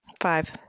Five